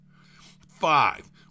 Five